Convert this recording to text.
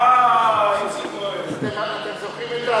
אה, איציק כהן.